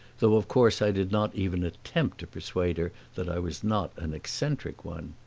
though of course i did not even attempt to persuade her that i was not an eccentric one.